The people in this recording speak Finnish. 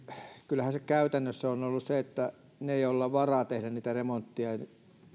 kyllähän se käytännössä on ollut niin että he joilla on varaa tehdä niitä